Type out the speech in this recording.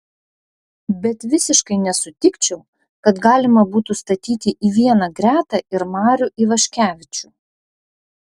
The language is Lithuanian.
bet visiškai nesutikčiau kad galima būtų statyti į vieną gretą ir marių ivaškevičių